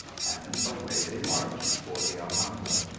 and away they marched for the alhambra.